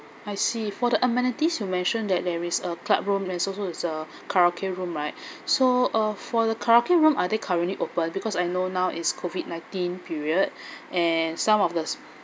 I see for the amenities you mentioned that there is a club room then also there's a karaoke room right so uh for the karaoke room are they currently open because I know now is COVID nineteen period and some of the